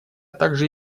также